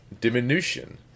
diminution